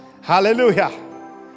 hallelujah